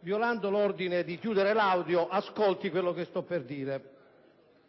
violando l'ordine di chiudere l'audio, ascolti quello che sto per dire.